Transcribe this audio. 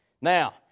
Now